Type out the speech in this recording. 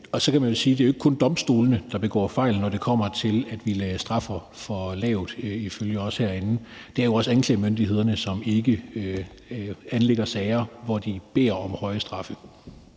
Så kan man sige, at det ikke kun er domstolene, der begår fejl, når det kommer til, at vi straffer for lavt ifølge os herinde, det er jo også anklagemyndighederne, som ikke anlægger sager, hvor de beder om høje straffe.